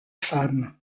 femmes